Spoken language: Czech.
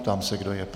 Ptám se, kdo je pro.